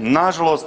Nažalost,